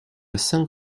cinq